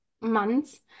months